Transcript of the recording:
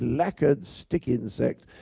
lackard, stick insect,